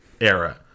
era